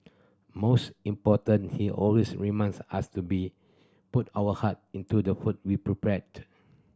most important he always reminds us to be put our heart into the food we prepared